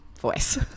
voice